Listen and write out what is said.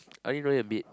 I only know him a bit